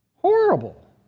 Horrible